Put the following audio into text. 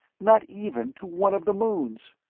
not even to one of the moons!